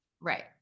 Right